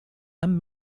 and